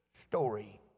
story